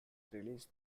released